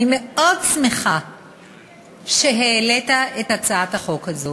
אני מאוד שמחה שהעלית את הצעת החוק הזאת,